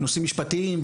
נושאים משפטיים,